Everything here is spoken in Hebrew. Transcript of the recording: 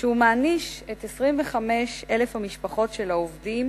שהוא מעניש את 25,000 המשפחות של העובדים